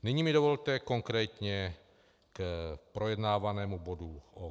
Nyní mi dovolte konkrétně k projednávanému bodu OKD.